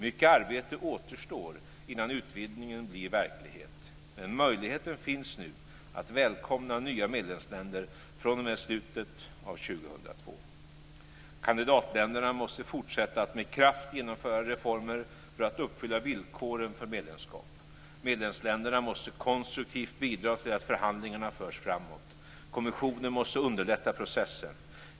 Mycket arbete återstår innan utvidgningen blir verklighet, men möjligheten finns nu att välkomna nya medlemsländer fr.o.m. slutet av 2002. Kandidatländerna måste fortsätta att med kraft genomföra reformer för att uppfylla villkoren för medlemskap. Medlemsländerna måste konstruktivt bidra till att förhandlingarna förs framåt. Kommissionen måste underlätta processen.